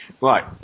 Right